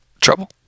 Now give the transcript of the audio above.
trouble